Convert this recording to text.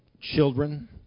children